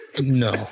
No